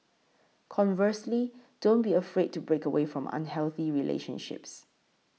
conversely don't be afraid to break away from unhealthy relationships